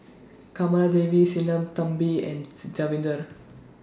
Kamaladevi Sinnathamby and Davinder